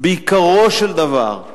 בעיקרו של דבר: